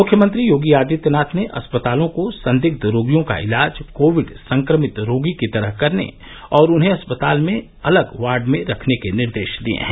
मुख्यमंत्री योगी आदित्यनाथ ने अस्पतालों को संदिग्ध रोगियों का इलाज कोविड संक्रमित रोगी की तरह करने और उन्हें अस्पताल में अलग वार्ड में रखने के निर्देश दिए हैं